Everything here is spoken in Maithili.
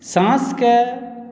साँसके